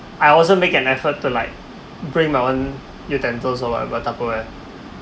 I wasn't make an effort to like bring my own utensils or whatever tupperware